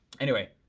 anyway,